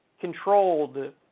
controlled